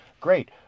great